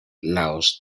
laos